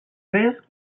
fresc